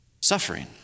Suffering